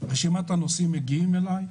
רשימת הנוסעים מגיעה אליי,